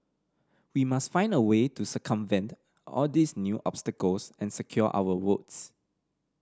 we must find a way to circumvent all these new obstacles and secure our votes